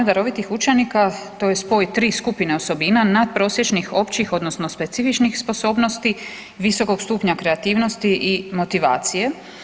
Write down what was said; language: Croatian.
Darovitih učenika to je spoj tri skupne osobina natprosječnih općih odnosno specifičnih sposobnosti, visokog stupnja kreativnosti i motivacije.